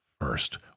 first